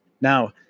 Now